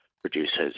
produces